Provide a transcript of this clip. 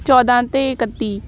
ਚੌਦਾਂ ਅਤੇ ਇਕੱਤੀ